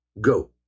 go